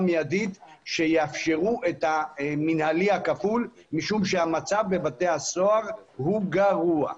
מידית שיאפשרו את המינהלי הכפול משום שהמצב בבתי הסוהר הוא גרוע.